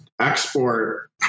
export